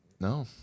No